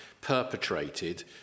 perpetrated